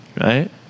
right